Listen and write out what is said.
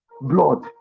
blood